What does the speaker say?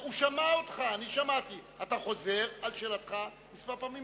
הוא שמע אותך, חבר הכנסת מולה.